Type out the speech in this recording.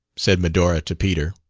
said medora to peter.